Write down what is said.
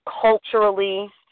culturally